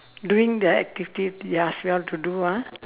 doing the activity they asked you all to do ah